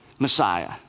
Messiah